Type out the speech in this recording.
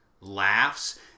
laughs